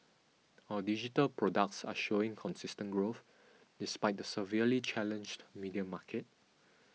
our digital products are showing consistent growth despite the severely challenged media market